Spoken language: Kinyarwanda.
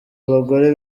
abagore